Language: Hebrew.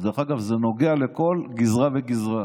דרך אגב, זה נוגע לכל גזרה וגזרה